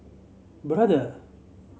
brother